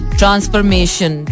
transformation